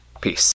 Peace